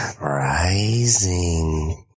rising